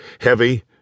Heavy